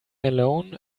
alone